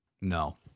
No